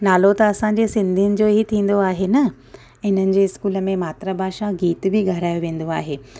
नालो त असांजे सिंधीयुनि जो ई थींदो आहे न हिननि जे स्कूल में मात्र भाषा गीत बि ॻाराए वेंदो आहे